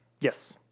Yes